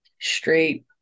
straight